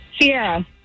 Sierra